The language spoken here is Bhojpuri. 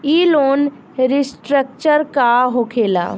ई लोन रीस्ट्रक्चर का होखे ला?